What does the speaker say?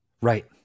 Right